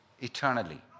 eternally